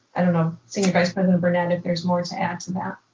i don't know, senior vice president burnett, if there's more to add to that.